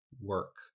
work